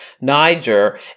Niger